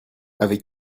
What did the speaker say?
avec